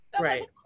Right